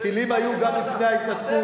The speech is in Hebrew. טילים היו גם לפני ההתנתקות,